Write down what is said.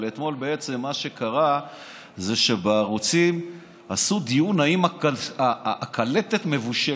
אבל אתמול מה שקרה זה שבערוצים קיימו דיון אם הקלטת מבושלת.